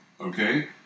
okay